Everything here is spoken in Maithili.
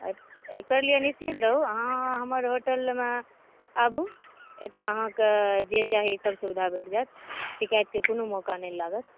एकर लिए निश्चिन्त रहू अहाँ होटलमे आबु एतऽ अहाँकेँ जे चाही सभ सुविधा भेट जाएत शिकायतके कोनो मौका नहि लागत